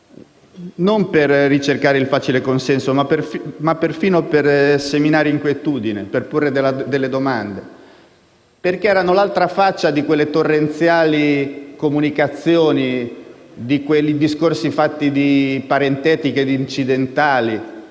non per ricercare il facile consenso, ma perfino per seminare inquietudine e porre delle domande, perché erano l'altra faccia di quelle torrenziali comunicazioni, di quei discorsi fatti di frasi parentetiche e incidentali